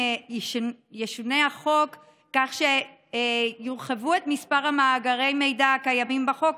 ישונה החוק כך שיורחב מספר מאגרי המידע הקיימים בחוק,